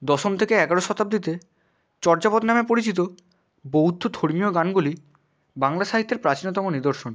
দশম থেকে এগারো শতাব্দীতে চর্যাপদ নামে পরিচিত বৌদ্ধ ধর্মীয় গানগুলি বাংলা সাহিত্যের প্রাচীনতম নিদর্শন